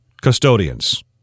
custodians